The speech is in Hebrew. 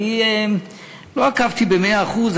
אני לא עקבתי במאה אחוז,